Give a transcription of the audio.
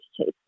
Chase